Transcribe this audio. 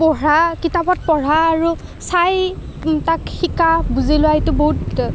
পঢ়া কিতাপত পঢ়া আৰু চাই তাক শিকা বুজি লোৱা এইটো বহুত